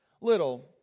little